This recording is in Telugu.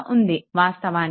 వాస్తవానికి vx 2i1